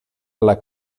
alla